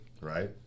right